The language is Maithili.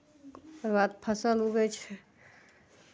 तकर बाद फसल उगै छै